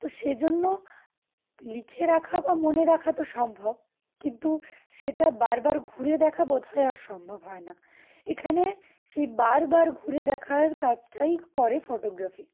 তো সেজন্য লিখে রাখা বা মনে রাখা তো সম্ভব কিন্তু সেটা বারবার ঘুরে দেখা বোধহয় আর সম্ভব হয় না এখানে সেই বারবারার ঘুরে দেখার কাজটাই করে ফটোগ্রাফি